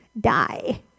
Die